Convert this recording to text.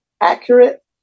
accurate